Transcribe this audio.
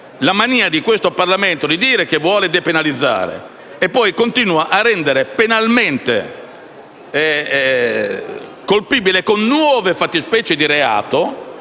Parlamento ha la mania di dire che vuole depenalizzare, ma poi continua a rendere penalmente colpibili con nuove fattispecie di reato